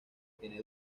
tiene